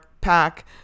pack